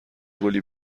گلی